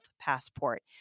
passport